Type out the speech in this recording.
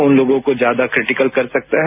उन लोगों को ज्यादा क्रिटिकल कर सकता है